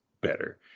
better